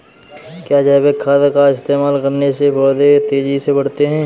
क्या जैविक खाद का इस्तेमाल करने से पौधे तेजी से बढ़ते हैं?